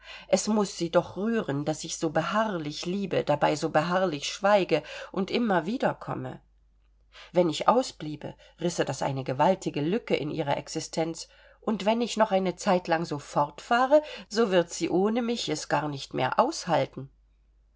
es muß sie doch rühren daß ich so beharrlich liebe dabei so beharrlich schweige und immer wiederkomme wenn ich ausbliebe risse das eine gewaltige lücke in ihre existenz und wenn ich noch eine zeit lang so fortfahre so wird sie ohne mich es gar nicht mehr aushalten